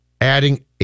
adding